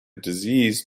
disease